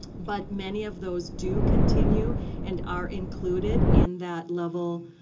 but many of those do continue and are included in that level,